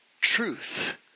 truth